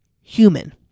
human